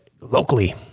locally